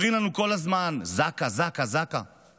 אומרים לנו כל הזמן: זק"א, זק"א, זק"א.